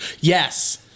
Yes